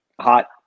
hot